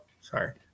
Sorry